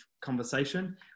conversation